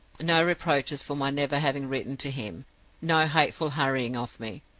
no reproaches for my never having written to him no hateful hurrying of me,